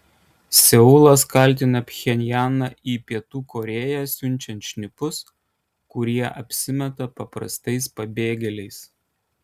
seulas kaltina pchenjaną į pietų korėją siunčiant šnipus kurie apsimeta paprastais pabėgėliais